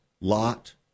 Lot